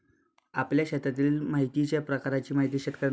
आपल्या शेतातील मातीच्या प्रकाराची माहिती शेतकर्यांना असायला हवी